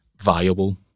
viable